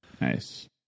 nice